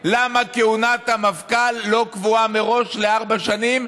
למה כהונת המפכ"ל לא קבועה מראש לארבע שנים,